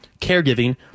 caregiving